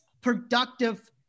productive